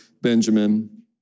Benjamin